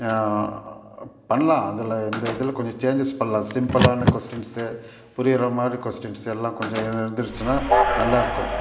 பண்ணலாம் அதில் இந்த இதில் கொஞ்சம் சேஞ்சஸ் பண்ணலாம் சிம்ப்பிளான கொஸ்ட்டின்ஸ்ஸு புரிகிற மாதிரி கொஸ்ட்டின்ஸ்ஸு எல்லாம் கொஞ்சம் இருந்துச்சுன்னா நல்லாயிருக்கும்